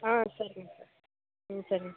ஆ சரிங்க சார் ம் சரிங்க